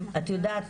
את יודעת,